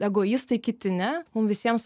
egoistai kiti ne mum visiem